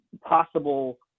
possible